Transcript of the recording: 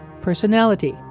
Personality